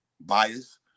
bias